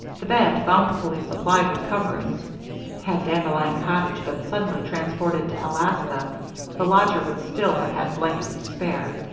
the bed, bountifully supplied with coverings had dandelion cottage been suddenly transported to alaska the lodger would still have had blankets to spare,